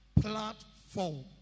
platform